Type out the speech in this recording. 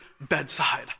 bedside